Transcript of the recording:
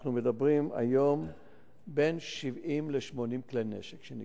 אנחנו מדברים היום על בין 70 ל-80 כלי נשק שנגנבו.